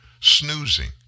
snoozing